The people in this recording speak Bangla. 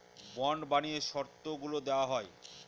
বন্ড বানিয়ে শর্তগুলা দেওয়া হয়